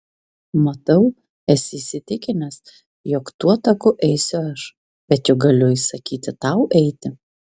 matau esi įsitikinęs jog tuo taku eisiu aš bet juk galiu įsakyti tau eiti